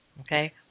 Okay